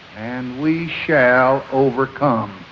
and we shall overcome.